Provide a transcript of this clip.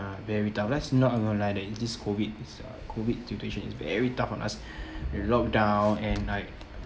very tough let's not going to lie that it's this COVID uh COVID situation is very tough on us lockdown and like